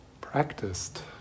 practiced